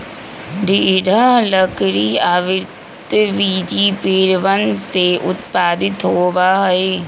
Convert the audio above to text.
दृढ़ लकड़ी आवृतबीजी पेड़वन से उत्पादित होबा हई